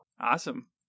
Awesome